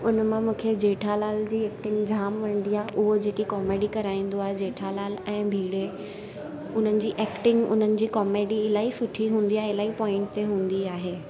उनमां मूंखे जेठालाल जी एक्टिंग जाम वणंदी आहे उहो जेका कॉमेडी कराईंदो आहे जेठालाल ऐं भीडे उन्हनि जी एक्टिंग उन्हनि जी कॉमेडी इलाही सुठी हूंदी आहे इलाही पॉईंट ते हूंदी आहे